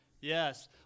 Yes